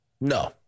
No